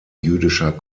jüdischer